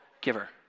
giver